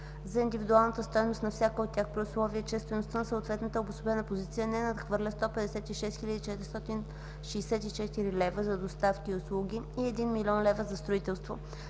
за индивидуалната стойност на всяка от тях, при условие че стойността на съответната обособена позиция не надхвърля 156 464 лв. за доставки и услуги и 1 000 000 лв. за строителство,